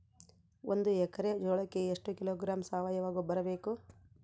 ಒಂದು ಎಕ್ಕರೆ ಜೋಳಕ್ಕೆ ಎಷ್ಟು ಕಿಲೋಗ್ರಾಂ ಸಾವಯುವ ಗೊಬ್ಬರ ಬೇಕು?